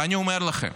ואני אומר לכם,